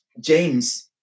James